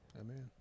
Amen